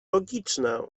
logiczne